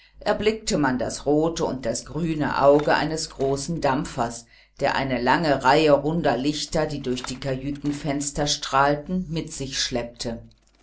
erblickte man das rote und das grüne auge eines großen dampfers der eine lange reihe runder lichter die durch die kajütenfenster strahlten mit sich schleppte